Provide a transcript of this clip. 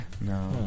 No